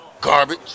garbage